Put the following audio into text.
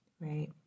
right